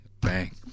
bang